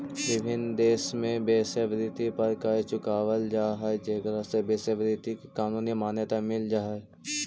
विभिन्न देश में वेश्यावृत्ति पर कर चुकावल जा हई जेकरा से वेश्यावृत्ति के कानूनी मान्यता मिल जा हई